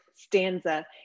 stanza